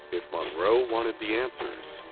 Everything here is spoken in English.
if monroe wanted the answers,